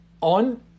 On